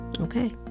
okay